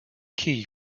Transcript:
key